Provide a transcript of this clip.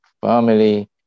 family